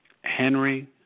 Henry